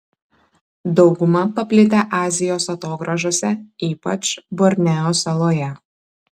dauguma paplitę azijos atogrąžose ypač borneo saloje